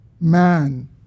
man